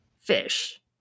fish